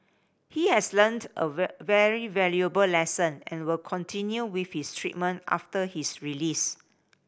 he has learnt a very valuable lesson and will continue with his treatment after his release